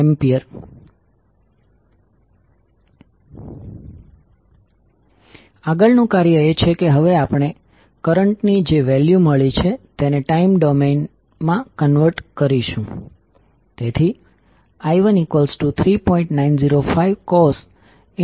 4°A આગળનું કાર્ય એ છે કે હવે આપણે કરંટ ની જે વેલ્યુ મળી છે તેને ટાઈમ ડોમેન માં કન્વર્ટ કરીશું